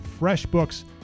FreshBooks